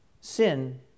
Sin